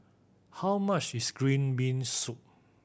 how much is green bean soup